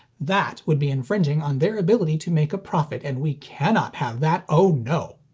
that would be infringing on their ability to make a profit, and we cannot have that oh no.